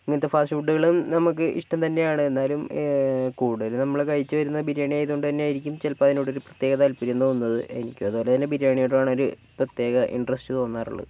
ഇങ്ങനത്തെ ഫാസ്റ്റ് ഫുഡുകളും നമുക്ക് ഇഷ്ടം തന്നെയാണ് എന്നാലും കൂടുതല് നമ്മള് കഴിച്ച് വരുന്നത് ബിരിയാണി ആയത് കൊണ്ട് തന്നെ ആയിരിക്കും ചിലപ്പോൾ അതിനോട് തന്നെ പ്രത്യേക താല്പര്യം തോന്നുന്നത് എനിക്കും അത് പോലെ തന്നെ ബിരിയാണിയോട് പ്രത്യേക ഇൻട്രസ്റ്റ് തോന്നാറുണ്ട്